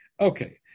Okay